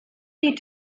die